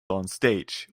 onstage